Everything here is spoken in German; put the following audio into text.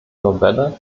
novelle